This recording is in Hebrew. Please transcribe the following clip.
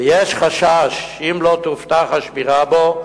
ויש חשש שאם לא תובטח השמירה בו,